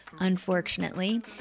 unfortunately